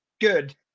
good